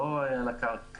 לא על קרקע.